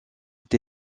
est